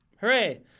hooray